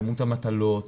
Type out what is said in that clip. כמות המטלות,